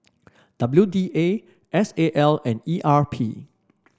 W D A S A L and E R P